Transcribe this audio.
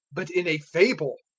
but in a fable.